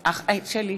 אינו נוכח מאיר כהן,